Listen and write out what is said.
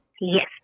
Yes